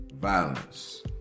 violence